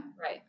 Right